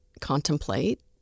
contemplate